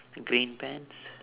green pants